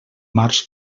març